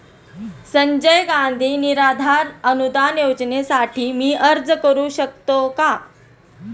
संजय गांधी निराधार अनुदान योजनेसाठी मी अर्ज करू शकतो का?